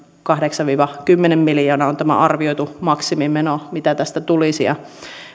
kahdeksasta viiva kymmenestä miljoonasta joka on tämä arvioitu maksimimeno mitä tästä tulisi ja